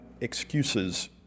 excuses